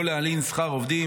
לא להלין שכר עובדים.